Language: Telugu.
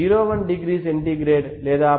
01 డిగ్రీ సెంటీగ్రేడ్ లేదా